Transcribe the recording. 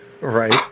right